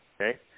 okay